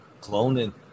cloning